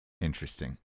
interesting